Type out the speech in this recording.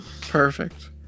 Perfect